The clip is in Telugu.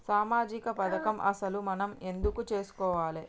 సామాజిక పథకం అసలు మనం ఎందుకు చేస్కోవాలే?